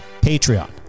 Patreon